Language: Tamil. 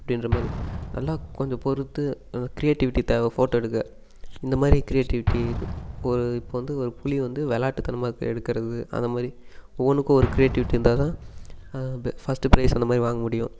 அப்படின்ற மாதிரி நல்லா கொஞ்சம் பொறுத்து கிரியேட்டிவிட்டி தேவை ஃபோட்டோ எடுக்க இந்த மாதிரி கிரியேட்டிவிட்டி இரு ஒரு இப்போ வந்து ஒரு புலி வந்து விளாட்டுத்தனமா எடுக்கிறது அந்த மாதிரி ஒவ்வொன்றுக்கும் ஒரு கிரியேட்டிவிட்டி இருந்தால் தான் அதை ப ஃபஸ்ட்டு பிரைஸ் அந்த மாதிரி வாங்க முடியும்